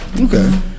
Okay